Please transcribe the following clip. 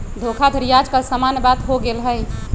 धोखाधड़ी याज काल समान्य बात हो गेल हइ